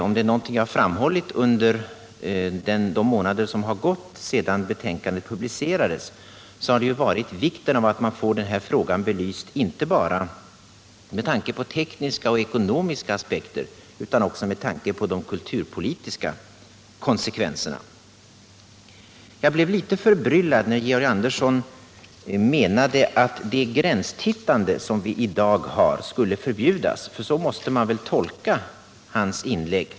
Om det är någonting jag framhållit under de månader som gått sedan betänkandet publicerades så har det ju varit vikten av att man får denna fråga belyst inte bara med tanke på tekniska och ekonomiska aspekter utan också med tanke på de kulturpolitiska konsekvenserna. Jag blev litet förbryllad när Georg Andersson tycktes mena att det gränstittande vi har i dag skulle förbjudas. Så måste man väl tolka hans inlägg.